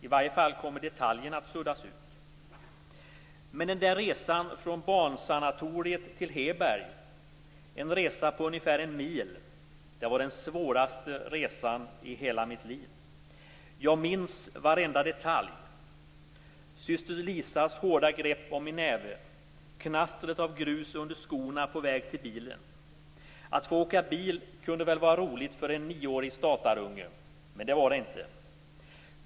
I varje fall kommer detaljerna att suddas ut. Men den där resan från barnsanatoriet till Heberg, en resa på en mil ungefär, den var den svåraste resan i hela mitt liv. Jag minns varenda detalj. Syster Lisas hårda grepp om min näve, knastret av grus under skorna på väg till bilen. Att få åka bil kunde väl vara roligt för en nioårig statarunge, men var det inte.